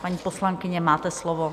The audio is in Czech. Paní poslankyně, máte slovo.